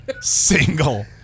single